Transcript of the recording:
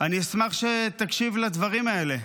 אני אשמח שתקשיב לדברים האלה.